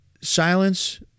Silence